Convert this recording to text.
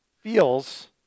feels